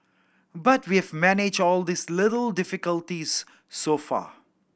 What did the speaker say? but we've managed all these little difficulties so far